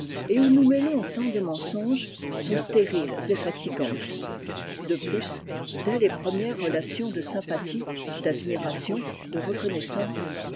et où nous mêlons tant de mensonges sont stériles et fatigantes de plus dès les premières relations de sympathie d'admiration de reconnaissance